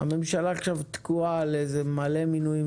הפיילוט הזה ירד לטמיון,